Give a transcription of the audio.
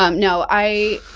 um no, i,